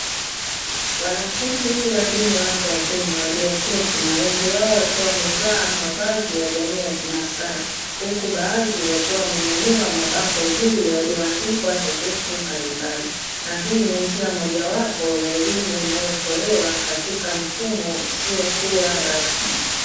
Wanafunzi wa elimu ya watu wazima walioketi na wengi wao wakiwa wamevaa mavazi ya jamii ya kimasai, huku baadhi wakiwa wamenyanyua mabango juu yaliyoandikwa herufi mbalimbali, na hii ni njia mojawapo ya elimu inayotolewa katika mfumo usiokuwa rasmi.